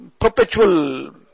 Perpetual